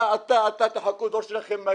אתה, אתה, אתה תחכו, התור שלכם מגיע.